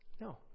No